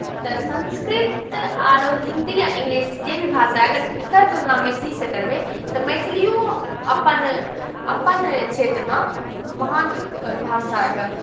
तऽ संस्कृत आरो हिन्दी आ इंग्लिश जे भी भाषा अगर एकर तुलना मैथिलीसँ करबै तऽ मैथिलिओ अपन अपन क्षेत्रमे महान भाषा यए